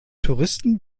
touristen